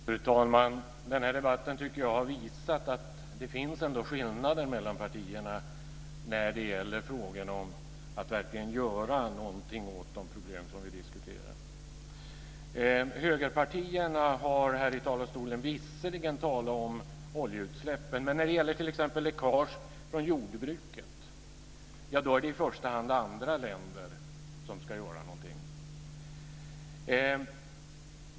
Fru talman! Den här debatten tycker jag har visat att det ändå finns skillnader mellan partierna när det gäller frågorna om att verkligen göra någonting åt de problem som vi diskuterar. Högerpartierna har här i talarstolen visserligen talat om oljeutsläppen. Men när det gäller t.ex. läckage från jordbruket är det i första hand andra länder som ska göra någonting.